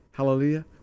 Hallelujah